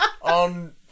on